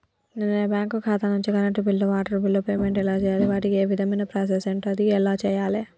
నేను నా బ్యాంకు ఖాతా నుంచి కరెంట్ బిల్లో వాటర్ బిల్లో పేమెంట్ ఎలా చేయాలి? వాటికి ఏ విధమైన ప్రాసెస్ ఉంటది? ఎలా చేయాలే?